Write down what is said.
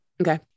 Okay